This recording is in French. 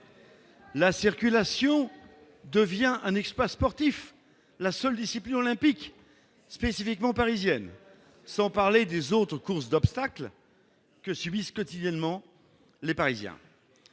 La circulation devient un exploit sportif, la seule discipline olympique spécifiquement parisienne, sans parler des autres courses d'obstacles que subissent quotidiennement les Parisiens